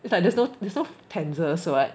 it's like there's no there's no tenses [what]